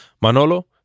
Manolo